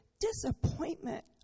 disappointment